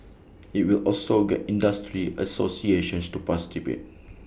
IT will also get industry associations to participate